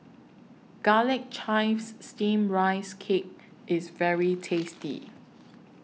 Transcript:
Garlic Chives Steamed Rice Cake IS very tasty